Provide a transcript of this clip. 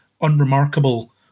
unremarkable